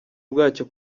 bwacyo